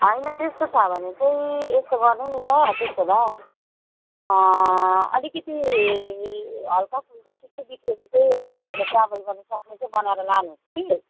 होइन त्यस्तो छ भने चाहिँ यस्तो गर्नु नि त त्यसो भए अलिकिति हल्काफुल्का त्यस्तो बिग्रेको चाहिँ अब तपाईँले ट्रेभल गर्नुसक्ने चाहिँ बनाएर लानुहोस् कि